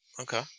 okay